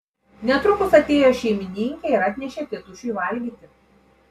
netrukus atėjo šeimininkė ir atnešė tėtušiui valgyti